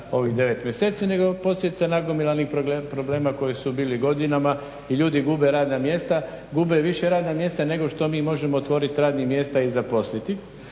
ovih 9 mjeseci, nego je posljedica nagomilanih problema koji su bili godinama. I ljudi gube radna mjesta, gube više radna mjesta nego što mi možemo otvoriti radnih mjesta i zaposliti.